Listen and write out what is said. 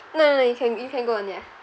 no no you can you can go on ya